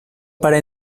para